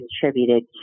contributed